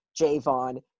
Jayvon